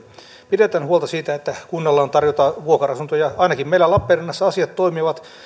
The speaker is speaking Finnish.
pidetään huolta siitä että kunnalla on tarjota vuokra asuntoja ainakin meillä lappeenrannassa asiat toimivat